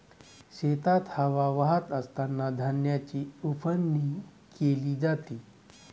शेतात हवा वाहत असतांना धान्याची उफणणी केली जाते